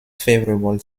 favorable